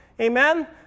Amen